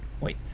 Wait